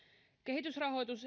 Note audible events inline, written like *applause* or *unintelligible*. kehitysrahoitus *unintelligible*